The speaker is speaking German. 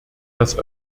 das